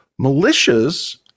militias